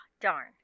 darn